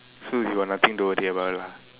so is you got nothing to worry about lah